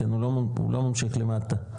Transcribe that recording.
הוא לא ממשיך למטה.